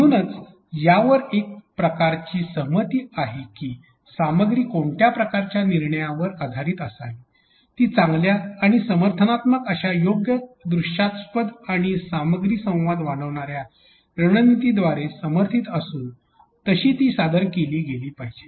म्हणूनच यावर एक प्रकारची सहमती आहे की सामग्री कोणत्या प्रकारच्या निर्णयावर आधारीत असावी ती चांगल्या आणि समर्थानात्मक अश्या योग्य दृश्यास्पद आणि सामग्री संवाद वाढविणाऱ्या रणनीतीद्वारे समर्थित असून तशी ती सादर केली गेली पाहिजे